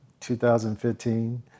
2015